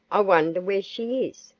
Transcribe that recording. i wonder where she is,